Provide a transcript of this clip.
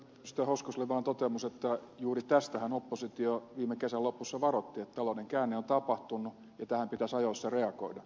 hoskoselle vain toteamus että juuri tästähän oppositio viime kesän lopussa varoitti että talouden käänne on tapahtunut ja tähän pitäisi ajoissa reagoida